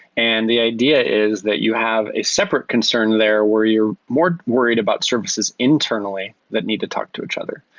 and the idea is that you have a separate concern there where you're more worried about services internally that need to talk to each other.